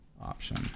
Option